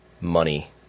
money